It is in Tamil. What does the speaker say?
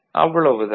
அவ்வளவுதான்